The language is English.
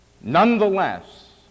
Nonetheless